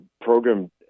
program